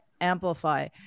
amplify